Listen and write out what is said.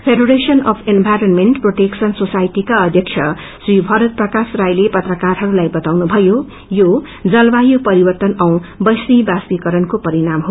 federation of environment protection society का अध्यक्ष श्री भरत प्रकाश राईले पत्रकारहरूलाई बताउनुभयो यो जलवायु परिवर्तन औ वैश्वी वाष्पीकरणको परिणाम हो